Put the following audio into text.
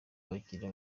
abakiriya